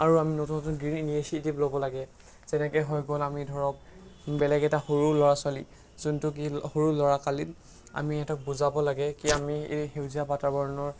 আৰু আমি নতুন নতুন গ্ৰীণ ইনিচিয়েটিভ ল'ব লাগে যেনেকৈ হৈ গ'ল আমি ধৰক বেলেগ এটা সৰু ল'ৰা ছোৱালী যোনটো কি সৰু ল'ৰা কালিক আমি সিহঁতক বুজাব লাগে কি আমি এই সেউজীয়া বাতাৱৰণৰ